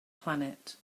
planet